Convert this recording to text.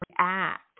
react